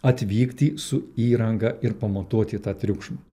atvykti su įranga ir pamatuoti tą triukšmą